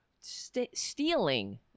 stealing